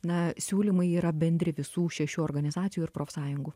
na siūlymai yra bendri visų šešių organizacijų ir profsąjungų